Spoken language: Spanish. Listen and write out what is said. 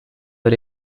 del